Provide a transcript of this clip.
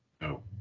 no